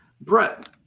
Brett